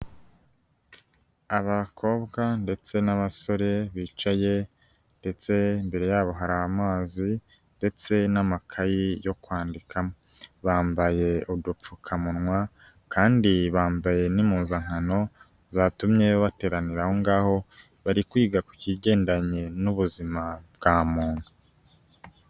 Abakobwa ndetse n'abasore bicaye, ndetse imbere yabo hari amazi ndetse n'amakayi yo kwandikamo. Bambaye udupfukamunwa kandi bambaye n'impuzankano zatumye bateranira aho ngaho, bari kwiga ku kigendanye n'ubuzima bwa muntu.